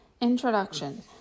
Introduction